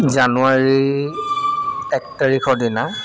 জানুৱাৰী এক তাৰিখৰ দিনা